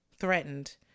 threatened